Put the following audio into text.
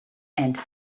and